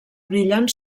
brillant